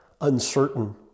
uncertain